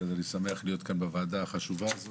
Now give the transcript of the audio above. טכניות) ועכשיו אני כאן בוועדה החשובה הזו.